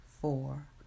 four